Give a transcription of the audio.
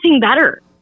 better